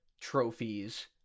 trophies